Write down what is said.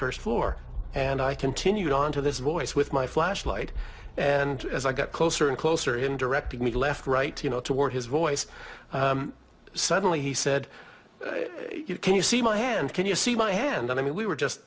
first floor and i continued on to this voice with my flashlight and as i got closer and closer in directing me left right toward his voice suddenly he said you can you see my hand can you see my hand and i mean we were just